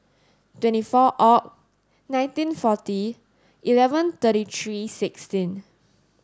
twenty four Oct nineteen forty eleven thirty three sixteen